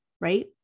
right